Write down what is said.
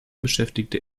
beschäftigte